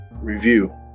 review